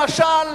למשל,